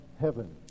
heaven